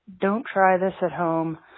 don't-try-this-at-home